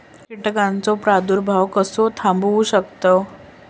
कीटकांचो प्रादुर्भाव कसो थांबवू शकतव?